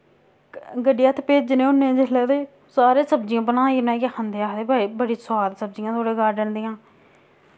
गड्डी हत्थ भेजने होने जिसलै ते सारे सब्जियां बनाई बनाइयै खंदे आखदे भाई बड़ी सोआद सब्जियां थोआड़े गार्डन दियां